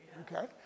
okay